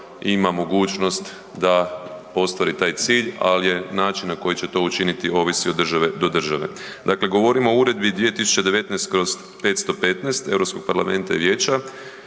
ima mogućnost da ostvari taj cilj, ali je način na koji će to učiniti ovisi od države do države. Dakle, govorim o Uredbi 2019/515 Europskog parlamenta i vijeća